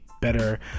better